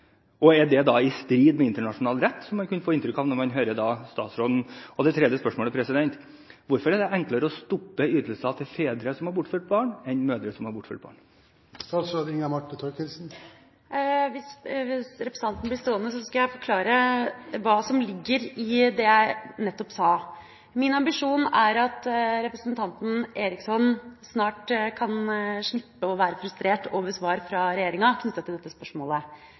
og er det da i strid med internasjonal rett, som man kunne få inntrykk av når man hører statsråden? Og det tredje spørsmålet: Hvorfor er det enklere å stoppe ytelser til fedre som har bortført barn, enn ytelser til mødre som har bortført barn? Hvis representanten blir stående, skal jeg forklare hva som ligger i det jeg nettopp sa. Min ambisjon er at representanten Eriksson snart kan slippe å være frustrert over svar fra regjeringa knyttet til dette spørsmålet,